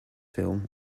film